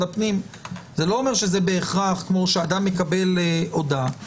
הפנים זה לא אומר שזה בהכרח כמו שאדם מקבל הודעה.